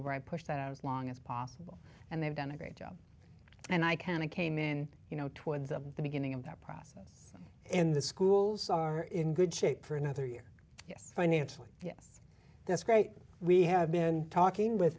or i pushed out as long as possible and they've done a great job and i kind of came in you know towards the beginning of that process in the schools are in good shape for another year yes financially yes that's great we have been talking with